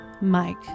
Mike